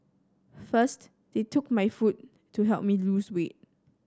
first they took my food to help me lose weight